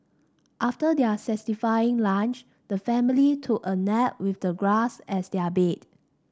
after their satisfying lunch the family took a nap with the grass as their bed